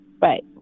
right